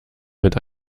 mit